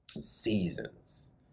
seasons